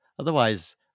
Otherwise